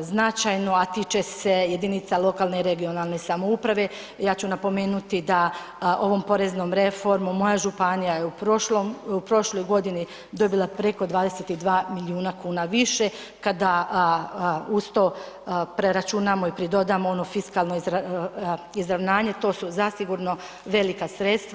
značajno, a tiče se jedinica lokalne i regionalne samouprave, ja ću napomenuti da ovom poreznom reforma moja županija je u prošloj godini dobila preko 22 milijuna kuna više, kada uz to preračunamo i pridodamo ono fiskalno izravnanje to su zasigurno velika sredstva.